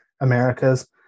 americas